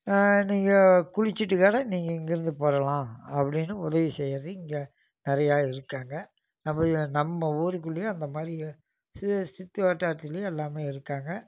நீங்கள் குளிச்சிட்டு கூட நீங்கள் இங்கேருந்து போகலாம் அப்படின்னு உதவி செய்கிறது இங்கே நிறையா இருக்காங்க அப்படியே நம்ம ஊருக்குள்ளேயும் அந்தமாதிரி சு சுற்று வட்டாரத்திலயும் எல்லாமே இருக்காங்க